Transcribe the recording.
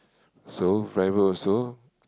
so private also